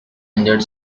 enjoyed